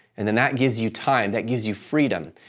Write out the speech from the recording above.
and then that gives you time, that gives you freedom.